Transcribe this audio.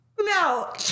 No